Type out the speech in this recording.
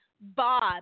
bob